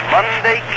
Monday